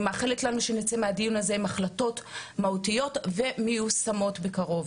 אני מאחלת לנו שנצא מהדיון הזה עם החלטות מהותיות ומיושמות בקרוב.